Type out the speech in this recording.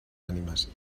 ànimes